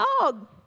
dog